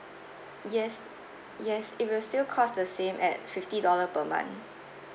yes yes it will still cost the same at fifty dollar per month